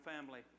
family